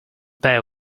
bear